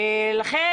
לכן,